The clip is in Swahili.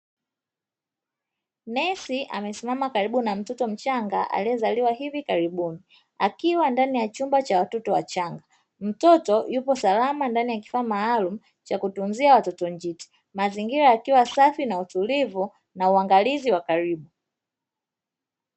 Nesi amesimama karibu na mtoto mchanga aliyezaliwa hivi karibuni, akiwa ndani ya chumba cha watoto wachanga. Mtoto yupo salama ndani ya kifaa maalumu cha kutunzia watoto njiti, mazingira yakiwa safi na utulivu na uangalizi wa karibu.